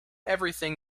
everything